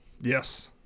Yes